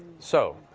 so.